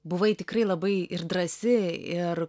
buvai tikrai labai drąsi ir